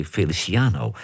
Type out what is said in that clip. Feliciano